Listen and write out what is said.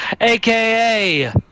aka